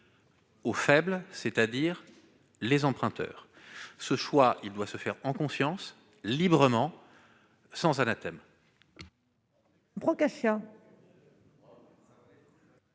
aux faibles, c'est-à-dire aux emprunteurs. Ce choix doit se faire en conscience, librement, sans subir d'anathème.